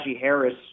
Harris